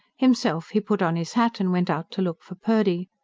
himself, he put on his hat and went out to look for purdy.